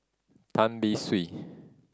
Tan Beng Swee